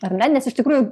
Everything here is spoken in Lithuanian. ar ne nes iš tikrųjų